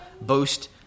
boast